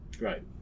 Right